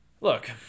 Look